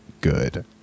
good